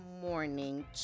morning